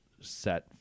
set